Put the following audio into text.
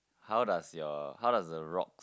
how does your how does the rock